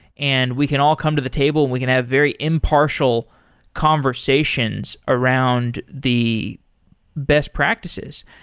and we can all come to the table and we can have very impartial conversations around the best practices.